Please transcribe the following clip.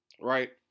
Right